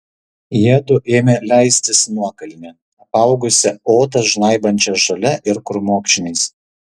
jiedu ėmė leistis nuokalne apaugusia odą žnaibančia žole ir krūmokšniais